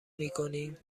میکنی